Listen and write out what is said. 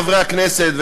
חברי הכנסת,